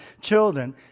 children